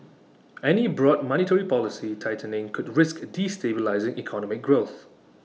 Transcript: any broad monetary policy tightening could risk destabilising economic growth